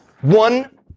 one